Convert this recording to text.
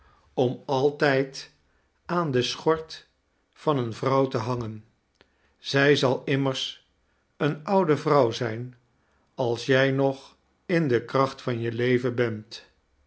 om altijd aan de schort van eene vrouw te hangen zij zal immers eene oude vrouw zijn als jij nog in de kracht van je leven bent